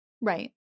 right